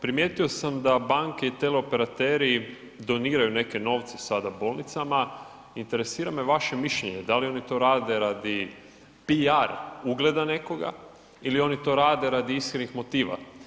Primijetio sam da banke i teleoperateri doniraju neke novce sada bolnicama, interesira me vaše mišljenje, da li oni to rade PR ugleda nekoga ili oni to rade radi iskrenih motiva?